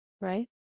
Right